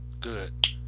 good